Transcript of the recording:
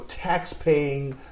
taxpaying